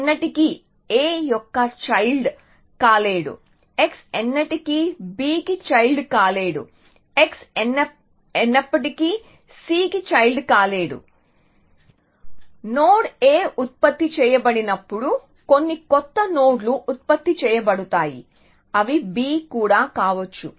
x ఎన్నటికీ a యొక్క child కాలేడు x ఎన్నటికీ b కి చైల్డ్ కాలేడు x ఎన్నటికీ c కి చైల్డ్ కాలేడు నోడ్ a ఉత్పత్తి చేయబడినప్పుడు కొన్ని కొత్త నోడ్లు ఉత్పత్తి చేయబడతాయి అవి b కూడా కావచ్చు